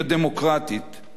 יהודית במהותה.